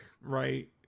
right